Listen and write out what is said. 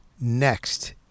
next